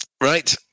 Right